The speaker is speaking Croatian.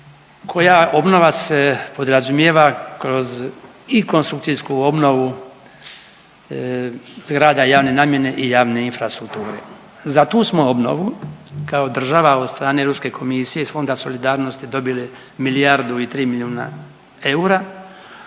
koja obnova se podrazumijeva kroz i konstrukcijsku obnovu zgrada javne namijene i javne infrastrukture. Za tu smo obnovu kao država od strane Europske komisije iz Fonda solidarnosti dobili milijardu i 3 milijuna eura,